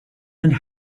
and